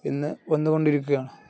ഇന്നു വന്നുകൊണ്ടിരിക്കുകയാണ്